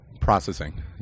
processing